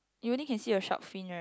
you only can see your shark fin right